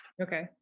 Okay